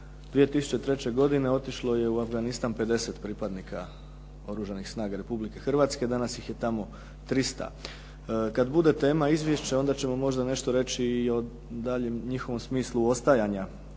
2003. godine otišlo je u Afganistan 50 pripadnika Oružanih snaga Republike Hrvatske. Danas ih je tamo 300. Kada bude tema izvješća, onda ćemo možda nešto reći i o daljem njihovom smislu ostajanja